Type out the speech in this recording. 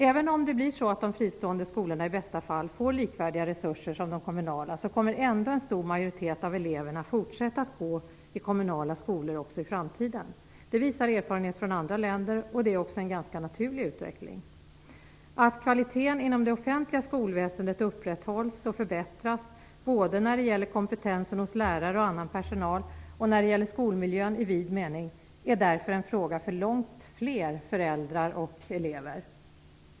Även om de fristående skolorna i bästa fall får likvärdiga resurser som de kommunala kommer ändå en stor majoritet av eleverna att fortsätta att gå i kommunala skolor också i framtiden. Det visar erfarenheter från andra länder. Det är också en ganska naturlig utveckling. Att kvaliteten inom det offentliga skolväsendet upprätthålls och förbättras både när det gäller kompetensen hos lärare och annan personal och när det gäller skolmiljön i vid mening är därför en fråga för långt fler föräldrar och elever.